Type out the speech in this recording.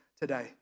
today